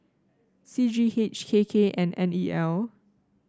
C G H K K and N E L